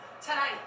tonight